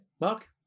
Mark